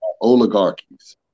oligarchies